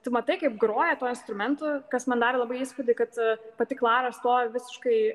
tu matai kaip groja tuo instrumentu kas man darė labai įspūdį kad pati klara stovi visiškai